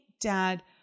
dad